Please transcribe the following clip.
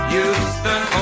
Houston